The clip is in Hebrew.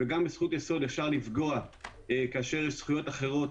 וגם בזכות יסוד אפשר לפגוע כאשר יש זכויות אחרות,